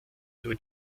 nur